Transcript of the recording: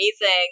amazing